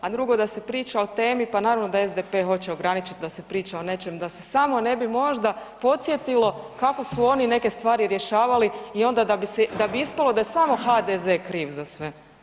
A drugo da se priča o temi, pa naravno da SDP hoće ograničit da se priča o nečem da se samo ne bi možda podsjetilo kako su oni neke stvari rješavali i onda da bi se, da bi ispalo da je samo HDZ kriv za sve.